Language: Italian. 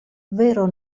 vero